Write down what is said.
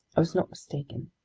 i was not mistaken.